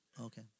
Okay